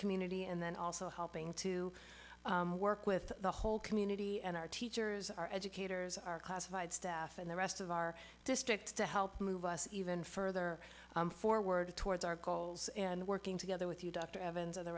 community and then also helping to work with the whole community and our teachers our educators are classified staff and the rest of our district to help move us even further forward towards our goals and working together with you dr evans of the